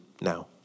now